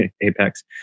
apex